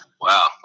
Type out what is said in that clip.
Wow